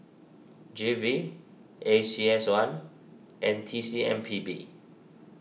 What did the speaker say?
G V A C S one and T C M P B